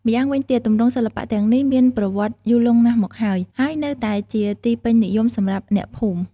ម្យ៉ាងវិញទៀត ទម្រង់សិល្បៈទាំងនេះមានប្រវត្តិយូរលង់ណាស់មកហើយ ហើយនៅតែជាទីពេញនិយមសម្រាប់អ្នកភូមិ។